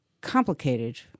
complicated